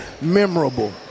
memorable